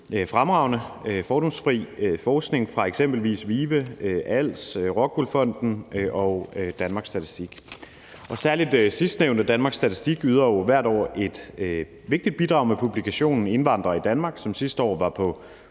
fremragende fordomsfri forskning fra eksempelvis VIVE, ROCKWOOL Fonden og Danmarks Statistik. Og særlig Danmarks Statistik yder hvert år et vigtigt bidrag med publikationen »Indvandrere i Danmark«, som sidste år var på